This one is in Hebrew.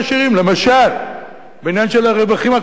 למשל בעניין של הרווחים הכלואים,